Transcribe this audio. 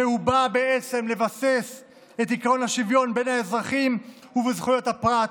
הוא בא בעצם לבסס את עקרון השוויון בין האזרחים וזכויות הפרט,